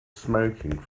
smoking